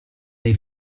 dei